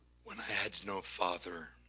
when i had no father,